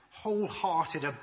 wholehearted